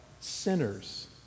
Sinners